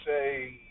say